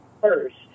first